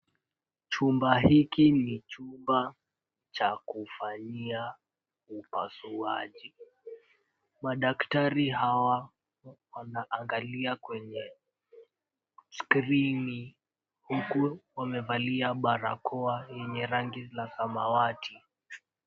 Chumba hiki ni chumba cha kufanyia upasuaji. Madaktari hawa wanaangalia kwenye skrini huku wamevalia barakoa yenye rangi za samawati.